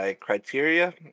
criteria